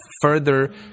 further